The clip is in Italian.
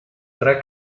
tre